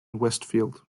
westfield